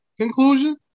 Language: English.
conclusion